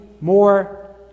more